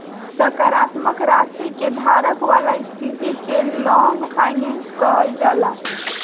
सकारात्मक राशि के धारक वाला स्थिति के लॉन्ग फाइनेंस कहल जाला